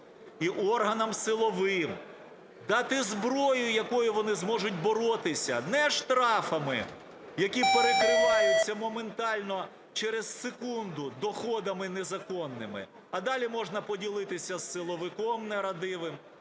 і органам силовим, дати зброю, якою вони зможуть боротися. Не штрафами, які перекриваються моментально через секунду доходами незаконними, а далі можна поділитися з силовиком нерадивим,